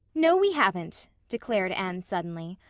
no, we haven't, declared anne suddenly.